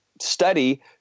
study